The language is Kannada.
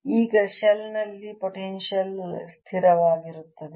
ಈಗ ಶೆಲ್ನಲ್ಲಿ ಪೊಟೆನ್ಶಿಯಲ್ ಸ್ಥಿರವಾಗಿರುತ್ತದೆ